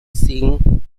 seeing